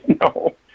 No